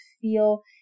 feel